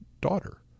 daughter